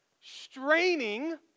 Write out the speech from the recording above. straining